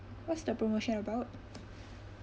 what's the promotion about